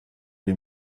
les